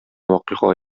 вакыйга